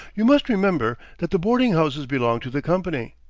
you must remember that the boarding-houses belong to the company,